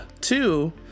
two